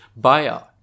buyout